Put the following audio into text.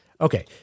Okay